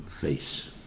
face